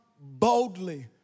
boldly